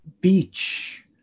beach